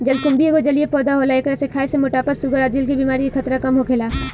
जलकुम्भी एगो जलीय पौधा होला एकरा के खाए से मोटापा, शुगर आ दिल के बेमारी के खतरा कम होखेला